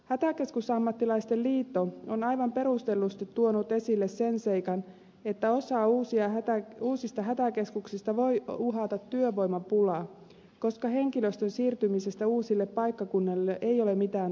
hätäkeskusammattilaisten liitto on aivan perustellusti tuonut esille sen seikan että osaa uusista hätäkeskuksista voi uhata työvoimapula koska henkilöstön siirtymisestä uusille paikkakunnille ei ole mitään takeita